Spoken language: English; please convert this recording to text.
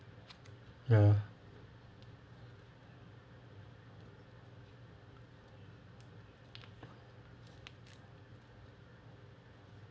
ya